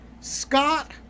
Scott